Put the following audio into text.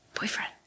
Boyfriend